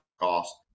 cost